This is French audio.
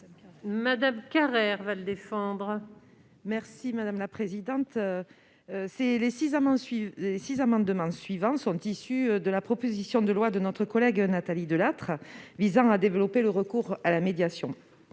Maryse Carrère. Cet amendement et les cinq amendements suivants sont issus de la proposition de loi de notre collègue Nathalie Delattre visant à développer le recours à la médiation.